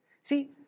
See